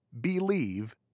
believe